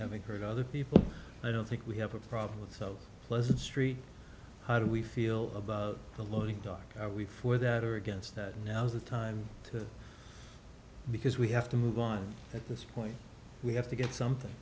having heard other people i don't think we have a problem with so pleasant street how do we feel about the loading dock for that or against that now's the time to because we have to move on at this point we have to get something